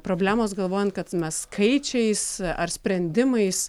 problemos galvojant kad mes skaičiais ar sprendimais